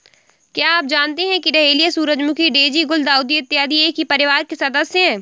क्या आप जानते हैं कि डहेलिया, सूरजमुखी, डेजी, गुलदाउदी इत्यादि एक ही परिवार के सदस्य हैं